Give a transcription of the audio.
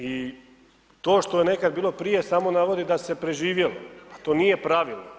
I to što je nekad bilo prije samo navodi da se preživjelo, to nije pravilo.